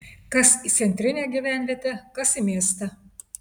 kas į centrinę gyvenvietę kas į miestą